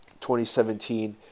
2017